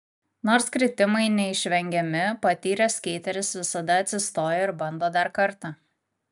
nors kritimai neišvengiami patyręs skeiteris visada atsistoja ir bando dar kartą